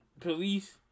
Police